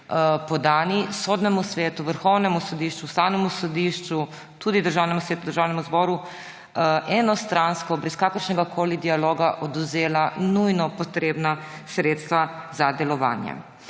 podani, Sodnemu svetu, Vrhovnemu sodišču, Ustavnemu sodišču, tudi Državnemu svetu, Državnemu zboru enostransko, brez kakršnegakoli dialoga odvzela nujno potrebna sredstva za delovanje.